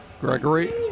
Gregory